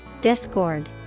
Discord